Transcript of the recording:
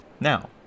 Now